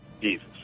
Jesus